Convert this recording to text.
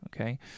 okay